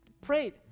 prayed